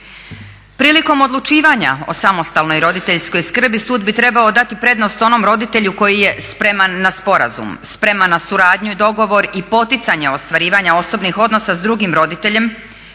Prilikom odlučivanja o samostalnoj roditeljskoj skrbi sud bi trebao dati prednost onom roditelju koji je spreman na sporazum, spreman na suradnju i dogovor i poticanje ostvarivanja osobnih odnosa s drugim roditeljem